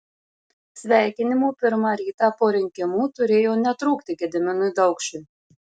sveikinimų pirmą rytą po rinkimų turėjo netrūkti gediminui daukšiui